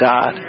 God